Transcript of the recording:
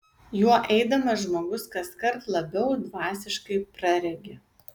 juo eidamas žmogus kaskart labiau dvasiškai praregi